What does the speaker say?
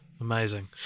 Amazing